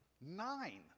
Nine